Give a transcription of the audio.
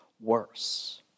worse